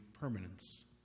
permanence